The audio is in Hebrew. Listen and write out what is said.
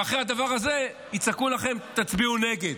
ואחרי הדבר הזה יצעקו לכם: תצביעו נגד.